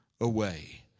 away